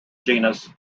genus